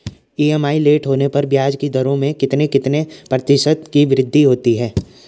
EMI late होने पर ब्याज की दरों में कितने कितने प्रतिशत की वृद्धि होती है?